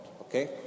Okay